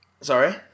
Sorry